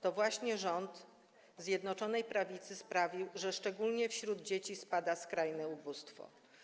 To właśnie rząd Zjednoczonej Prawicy sprawił, że szczególnie wśród dzieci zmniejsza się skrajne ubóstwo.